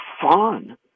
fun